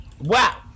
Wow